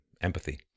empathy